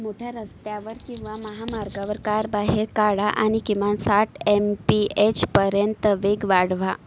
मोठ्या रस्त्यावर किंवा महामार्गावर कार बाहेर काढा आणि किमान साठ एम पी एचपर्यंत वेग वाढवा